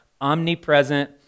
omnipresent